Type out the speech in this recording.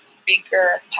speaker